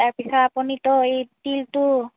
তাৰ পিছত আপুনিতো এই তিলটো